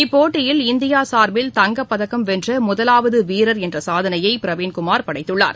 இப்போட்டியில் இந்தியா சார்பில் தங்கப்பதக்கம் வென்ற முதலாவது வீரர் என்ற சாதனையை பிரவீன்குமார் படைத்துள்ளார்